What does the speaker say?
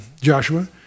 Joshua